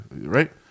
right